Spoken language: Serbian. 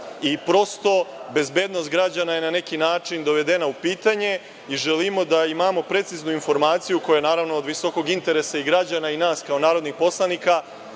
i prosto bezbednost građana je na neki način dovedena u pitanje. Želimo da imamo preciznu informaciju koja je naravno od visokog interesa i građana i nas kao narodnih poslanika